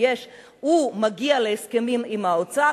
הוא מגיע להסכמים עם האוצר,